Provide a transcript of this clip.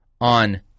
on